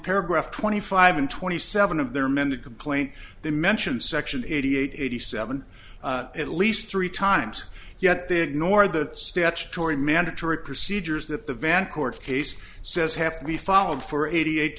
paragraph twenty five and twenty seven of their men to complain they mention section eighty eight eighty seven at least three times yet they ignore the statutory mandatory procedures that the van court case says have to be followed for eighty eight